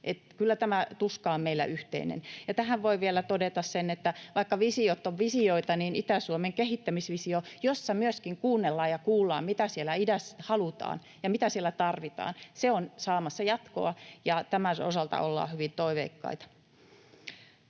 kyllä tämä tuska on meillä yhteinen. Tähän voi vielä todeta sen, että vaikka visiot ovat visioita, niin Itä-Suomen kehittämisvisio, jossa myöskin kuunnellaan ja kuullaan, mitä siellä idässä halutaan ja mitä siellä tarvitaan, on saamassa jatkoa, ja tämän osalta ollaan hyvin toiveikkaita.